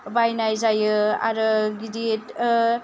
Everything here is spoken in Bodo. बायनाय जायो आरो गिदिर